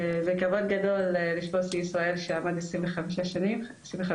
זה כבוד גדול לשבור שיא ישראל שעמד במשך 25 שנים.